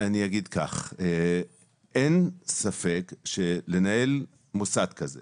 אין ספק שלנהל מוסד כזה